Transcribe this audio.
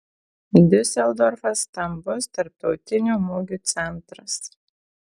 diuseldorfas stambus tarptautinių mugių centras